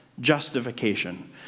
justification